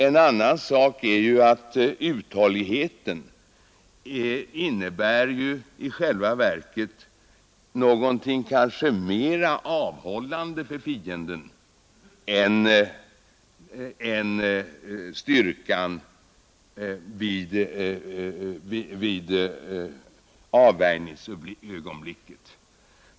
En annan sak är att uthålligheten i själva verket är mera avhållande för fienden än styrkan i avvärjningsögonblicket.